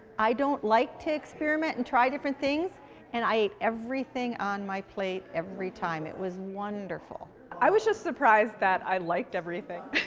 i don't like to experiment and try different things and i ate everything on my plate. everytime. it was wonderful. i was just surprised that i liked everything.